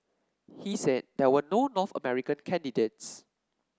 he said there were no North American candidates